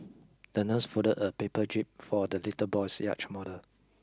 the nurse folded a paper jib for the little boy's yacht model